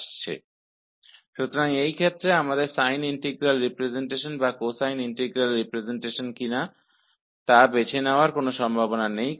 क्योंकि फ़ंक्शन को −∞ से ∞ तक परिभाषित किया गया है इसलिए इस केस में हमारे पास साइन इंटीग्रल रिप्रजेंटेशन या कोसाइन इंटीग्रल रिप्रजेंटेशन चुनने की संभावना नहीं है